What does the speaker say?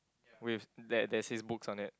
with that there's his books on it